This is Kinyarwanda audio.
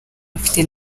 bafite